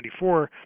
1994